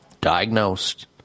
diagnosed